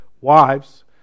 wives